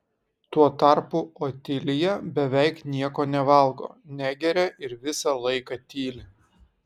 tuo tarpu otilija beveik nieko nevalgo negeria ir visą laiką tyli